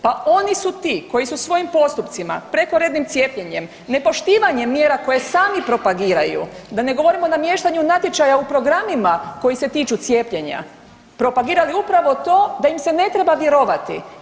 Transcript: Pa oni su ti koji su svojim postupcima, prekorednim cijepljenjem, nepoštivanjem mjera koje sami propagiraju da ne govorim o namještaju natječaja u programima koji se tiču cijepljenja, propagirali upravo to da im se ne treba vjerovati.